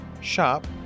shop